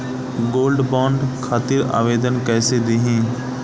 Gold bond खातिर आवेदन कैसे दिही?